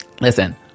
Listen